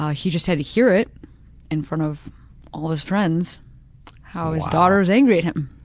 ah he just had to hear it in front of all his friends how his daughter is angry at him.